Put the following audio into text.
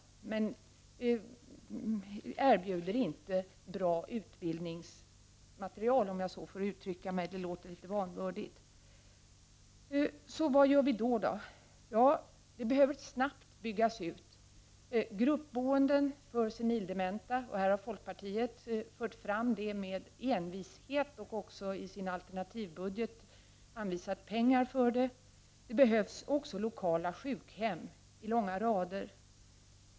Dessa patienter erbjuder inte bra utbildningsmaterial, om jag så får uttrycka mig, även om det låter litet vanvördigt. Vad behöver då ske? En snabb utbyggnad behöver ske, bl.a. av gruppboendet för senildementa. Detta förslag har folkpartiet fört fram med envishet och också i sin alternativbudget anvisat pengar till det. Det behövs också lokala sjukhem i långa rader.